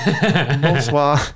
Bonsoir